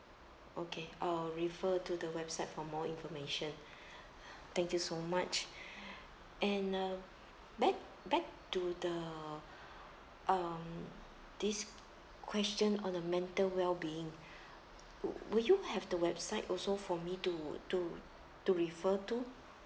okay I'll refer to the website for more information thank you so much and uh back back to the um this question on the mental wellbeing will you have the website also for me to to to refer to